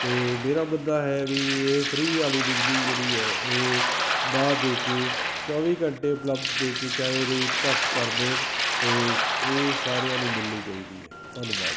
ਅਤੇ ਮੇਰਾ ਮੰਨਣਾ ਹੈ ਵੀ ਇਹ ਫਰੀ ਵਾਲੀ ਬਿਜਲੀ ਜਿਹੜੀ ਹੈ ਉਹ ਨਾ ਦੇ ਕੇ ਚੌਵੀ ਘੰਟੇ ਉਪਲਬਧ ਦੇ ਕੇ ਚਾਹੇ ਰੇਟ ਘੱਟ ਕਰ ਦੇਣ ਅਤੇ ਇਹ ਸਾਰਿਆਂ ਨੂੰ ਮਿਲਣੀ ਚਾਹੀਦੀ ਹੈ ਧੰਨਵਾਦ ਜੀ